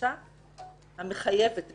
החדשה המחייבת בעיני,